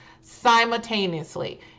simultaneously